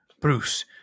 Bruce